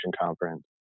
conference